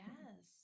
Yes